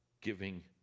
giving